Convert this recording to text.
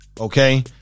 okay